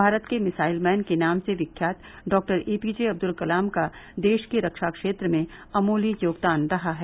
भारत के missile man के नाम से विख्यात doctor A PJ Abdul Kalam का देश के रक्षा क्षेत्र में अमूल्य योगदान रहा है